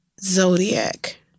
Zodiac